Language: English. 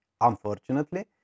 unfortunately